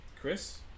Chris